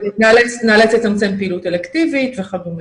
וניאלץ לצמצם פעילות אלקטיבית וכדומה.